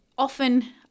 often